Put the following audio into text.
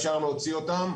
אפשר להוציא אותם,